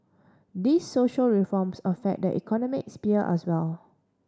these social reforms affect the economic sphere as well